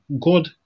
God